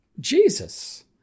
Jesus